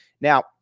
Now